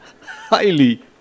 Highly